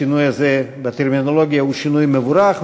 השינוי הזה בטרמינולוגיה הוא שינוי מבורך.